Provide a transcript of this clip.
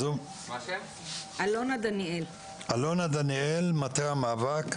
בבקשה, מור דקל, יושבת-ראש העמותה הישראלית למען